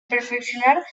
perfeccionar